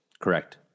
Correct